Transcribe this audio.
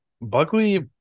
Buckley